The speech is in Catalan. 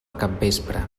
capvespre